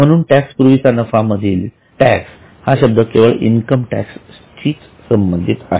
म्हणून टॅक्स पूर्वीचा नफा यामधील टॅक्स हा शब्द केवळ इनकम टॅक्स शी संबंधित आहे